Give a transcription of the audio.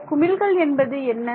இந்த குமிழ்கள் என்பது என்ன